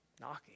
knocking